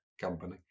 company